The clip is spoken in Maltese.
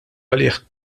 għalih